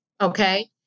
okay